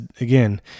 again